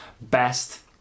best